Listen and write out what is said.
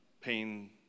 pain